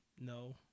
No